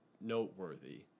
noteworthy